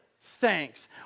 thanks